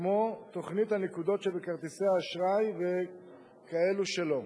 כמו תוכנית הנקודות שבכרטיסי האשראי, וכאלה שלא,